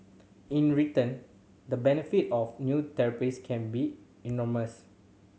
in return the benefit of new therapies can be enormous